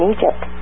Egypt